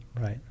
Right